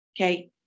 Okay